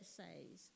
says